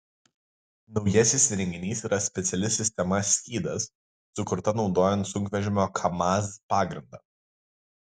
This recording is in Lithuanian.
naujasis įrenginys yra speciali sistema skydas sukurta naudojant sunkvežimio kamaz pagrindą